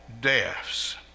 deaths